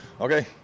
Okay